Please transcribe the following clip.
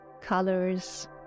colors